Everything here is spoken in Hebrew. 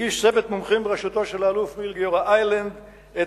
הגיש צוות מומחים בראשותו של האלוף מיל' גיורא איילנד את